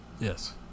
Yes